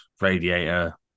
radiator